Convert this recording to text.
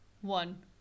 One